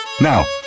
now